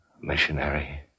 Missionary